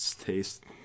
taste